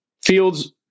fields